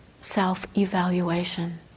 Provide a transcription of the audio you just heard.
self-evaluation